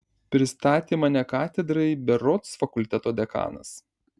pristatė mane katedrai berods fakulteto dekanas